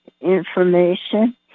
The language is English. information